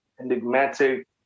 enigmatic